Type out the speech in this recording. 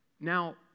Now